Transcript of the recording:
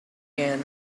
can